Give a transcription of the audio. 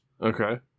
Okay